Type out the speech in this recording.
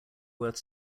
worth